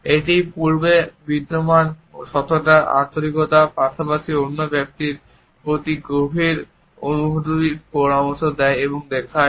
এটি পূর্বে বিদ্যমান সততার আন্তরিকতার পাশাপাশি অন্য ব্যক্তির প্রতি গভীর অনুভূতির পরামর্শ দেয় এবং দেখায়